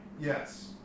yes